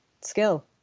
skill